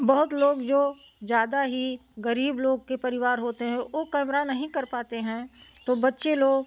बहुत लोग जो ज़्यादा ही गरीब लोग के परिवार होते हैं ओ कैमरा नहीं कर पाते हैं तो बच्चे लोग